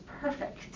perfect